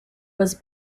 was